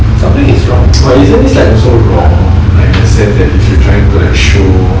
isn't this like also wrong like in a sense that if you trying to show